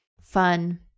fun